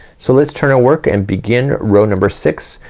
so let's turn our work, and begin row number six.